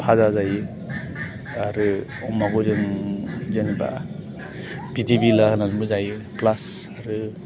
फाजा जायो आरो अमाखौ जों जेनेबा बिथै बिला होनानैबो जायो प्लास आरो